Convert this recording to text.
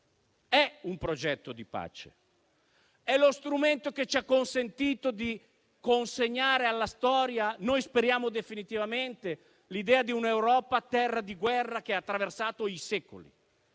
è un progetto di pace: è lo strumento che ci ha consentito di consegnare alla storia (noi speriamo definitivamente) l'idea di un'Europa terra di guerra che ha attraversato i secoli.